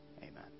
Amen